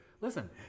Listen